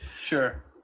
Sure